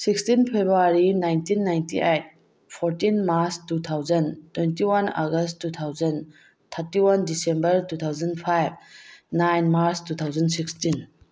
sixteen February nineteen ninety eight fourteen March two thousand twenty one August two thousand thirty one December two thousand five nine March two thousand sixteen